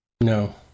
no